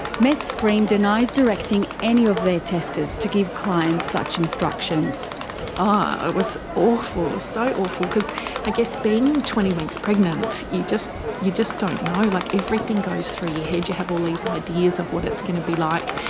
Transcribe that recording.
meth screen denies directing any of their testers to give clients such instructions. oh it was awful, it was so awful because i guess being twenty weeks pregnant, you just, you just don't know. like everything goes through your head, you have all these ideas of what it's going to be like.